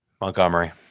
Montgomery